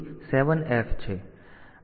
તેથી આ મૂળભૂત રીતે RAM જગ્યા છે